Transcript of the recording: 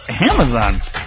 amazon